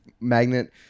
magnet